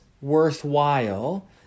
worthwhile